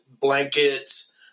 blankets